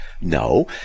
No